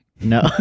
No